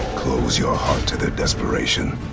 close your heart to their desperation.